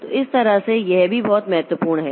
तो इस तरह से यह भी बहुत महत्वपूर्ण है